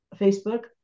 Facebook